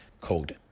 called